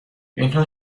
اینها